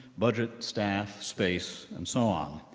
budget, staff, space, and so on.